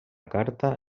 carta